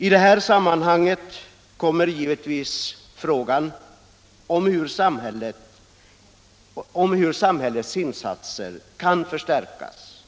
I detta sammanhang uppkommer givetvis frågan om hur samhällets insatser skall kunna förstärkas